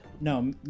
No